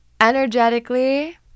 energetically